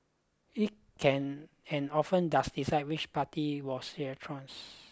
it can and often does decide which party was